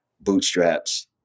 bootstraps